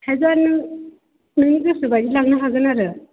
थाइजौआ नोंनि गोसो बायदि लांनो हागोन आरो